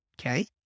okay